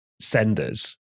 senders